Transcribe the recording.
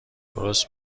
درست